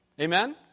Amen